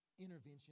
Intervention